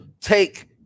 take